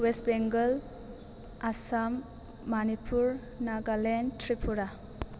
west Bengal Assam Manipur Nagaland Tripura